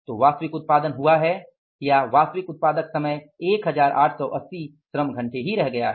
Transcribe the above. तो वास्तविक उत्पादन हुआ है या उत्पादक समय 1880 श्रम घंटे हो गया है